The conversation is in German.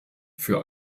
für